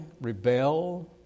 rebel